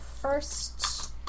first